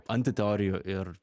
anti teorijų ir